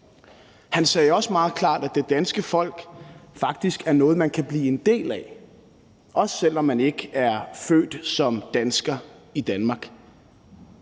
Han sagde også meget klart, at det danske folk faktisk er noget, man kan blive en del af, også selv om man ikke er født som dansker i Danmark.